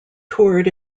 toured